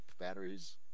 batteries